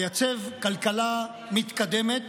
לייצב כלכלה מתקדמת